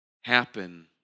happen